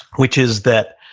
which is that